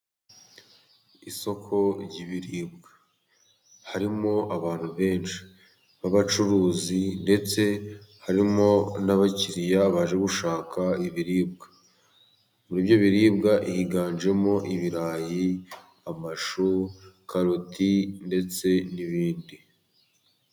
Isoko ry'ibiribwa， harimo abantu benshi b'abacuruzi，ndetse harimo n'abakiriya baje gushaka ibiribwa， muri ibyo biribiribwa higanjemo ibirayi， amashu， karoti ndetse n'ibindi.